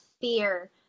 fear